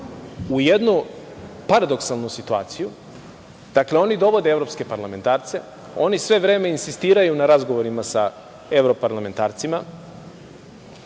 u jednu paradoksalnu situaciju, dakle oni dovode evropske parlamentarce, oni sve vreme insistiraju na razgovorima sa evroparlamentarcima,